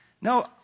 No